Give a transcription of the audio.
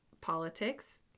politics